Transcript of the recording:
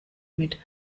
mit